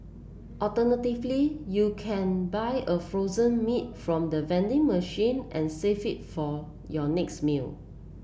alternatively you can buy a frozen meal from the vending machine and save it for your next meal